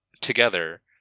together